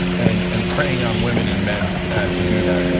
and and preying on women and men to do that.